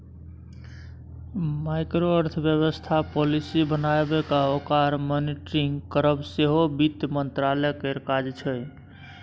micro अर्थबेबस्था policy बनाएब आ ओकर मॉनिटरिंग करब सेहो बित्त मंत्रालय केर काज छै